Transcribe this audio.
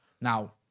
Now